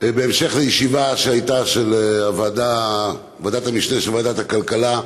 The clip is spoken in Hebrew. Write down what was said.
בהמשך לישיבה שהייתה בוועדת המשנה של ועדת הכלכלה,